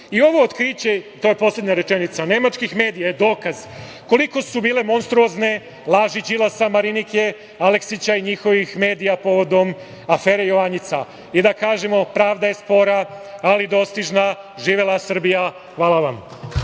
otkriće, to je poslednja rečenica, nemačkih medija je dokaz koliko su bile monstruozne laži Đilasa, Marinike, Aleksića i njihovih medija povodom afere „Jovanjica“. Pravda je spora, ali dostižna. Živela Srbija! Hvala vam.